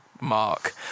Mark